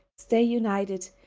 stay united.